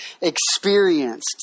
experienced